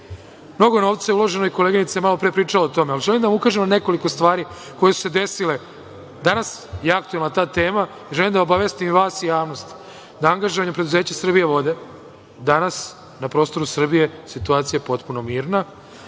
Mnogo je novca uloženo i koleginica je malopre pričala o tome, ali želim da ukažem na nekoliko stvari koje su se desile. Danas je aktuelna ta tema i želim da obavestim i vas i javnost da angažovanje preduzeća „Srbijevode“, danas na prostoru Srbije situacija je potpuno mirna,